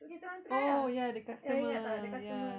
terus kita orang try ah ya ingat tak the customer